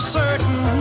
certain